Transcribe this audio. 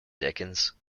dickens